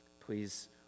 Please